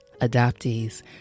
adoptees